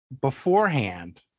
beforehand